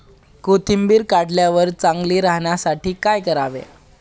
कोथिंबीर काढल्यावर चांगली राहण्यासाठी काय करावे?